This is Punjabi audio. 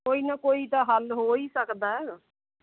ਕੋਈ ਨਾ ਕੋਈ ਤਾਂ ਹੱਲ ਹੋ ਹੀ ਸਕਦਾ